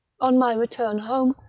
on my return home,